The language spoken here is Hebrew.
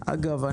אגב,